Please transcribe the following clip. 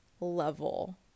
level